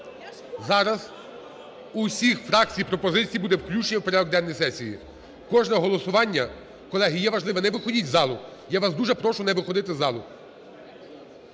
зараз усіх фракції пропозиції будуть включені в порядок денний сесії. Кожне голосування, колеги, є важливе, не виходьте з залу, я вас дуже прошу не виходити з залу.